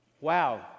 Wow